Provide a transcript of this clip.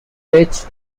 which